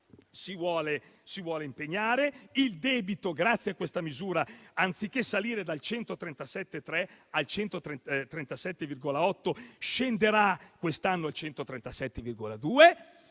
si vuole impegnare. Il debito, grazie a questa misura, anziché salire dal 137,3 al 137,8 scenderà quest'anno al 137,2